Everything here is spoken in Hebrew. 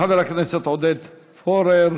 תודה לחבר הכנסת עודד פורר.